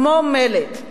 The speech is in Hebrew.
כמו מלט,